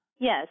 Yes